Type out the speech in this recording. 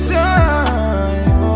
time